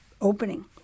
opening